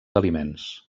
aliments